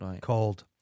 called